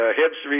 hips